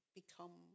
become